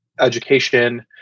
education